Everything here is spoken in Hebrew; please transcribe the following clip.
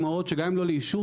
אז גם אם לא לאישור,